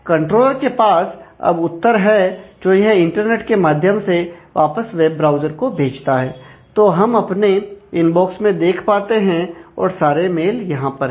controller के पास अब उत्तर है जो यह इंटरनेट के माध्यम से वापस वेब ब्राउज़र को भेजता है तो हम अपने इनबॉक्स में देख पाते हैं और सारे मेल यहां पर हैं